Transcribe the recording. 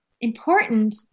important